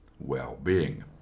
well-being